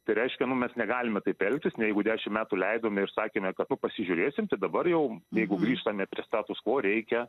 tai reiškia nu mes negalime taip elgtis neigu dešimt metų leidome ir sakėme kad tu pasižiūrėsim dabar jau jeigu grįžtame prie status ko reikia